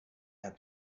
had